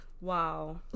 wow